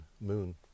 moon